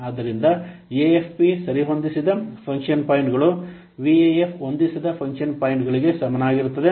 ಆದ್ದರಿಂದ ಎಎಫ್ಪಿ ಸರಿಹೊಂದಿಸಿದ ಫಂಕ್ಷನ್ ಪಾಯಿಂಟ್ಗಳು ವಿಎಎಫ್ ಹೊಂದಿಸದ ಫಂಕ್ಷನ್ ಪಾಯಿಂಟ್ಗಳಿಗೆ ಸಮಾನವಾಗಿರುತ್ತದೆ